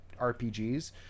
rpgs